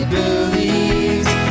believes